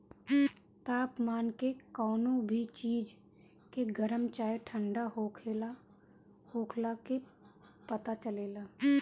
तापमान के कवनो भी चीज के गरम चाहे ठण्डा होखला के पता चलेला